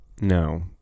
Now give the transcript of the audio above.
No